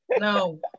no